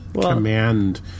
command